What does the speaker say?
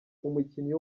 umukinnyi